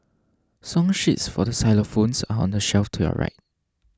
song sheets for xylophones are on the shelf to your right